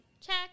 Check